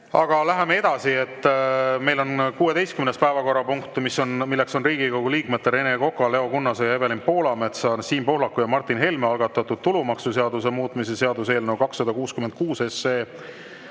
Aga läheme edasi. Meil on 16. päevakorrapunkt, milleks on Riigikogu liikmete Rene Koka, Leo Kunnase, Evelin Poolametsa, Siim Pohlaku ja Martin Helme algatatud tulumaksuseaduse muutmise seaduse eelnõu 266.